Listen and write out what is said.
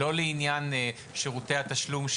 ולא לעניין שירותי התשלום,